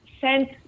sent